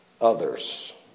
others